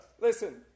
Listen